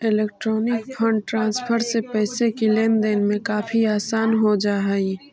electronic fund transfer से पैसे की लेन देन में काफी आसानी हो जा हई